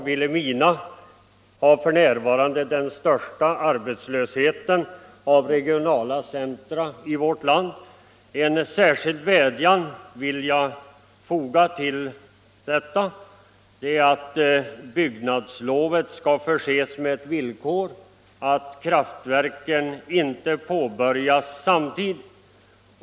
Vilhelmina har för närvarande den största arbetslösheten av regionala centra i landet. En särskild vädjan vill jag rikta till statsrådet, nämligen att bygglovet förses med villkoret att kraftverken inte påbörjas samtidigt.